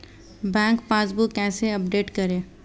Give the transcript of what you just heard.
Bank passbook कैसे update करें?